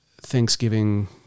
Thanksgiving